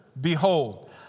behold